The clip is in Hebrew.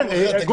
כן,